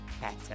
better